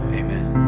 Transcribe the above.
amen